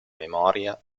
memoria